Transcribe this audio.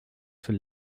für